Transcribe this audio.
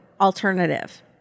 alternative